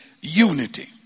unity